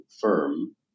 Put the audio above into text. firm